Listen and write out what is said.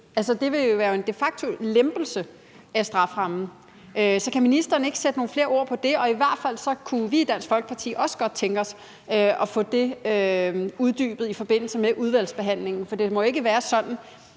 det vil jo være en de facto-lempelse af strafferammen. Så kan ministeren ikke sætte nogle flere ord på det? I hvert fald kunne vi i Dansk Folkeparti godt tænke os at få det uddybet i forbindelse med udvalgsbehandlingen, for det må jo ikke være sådan,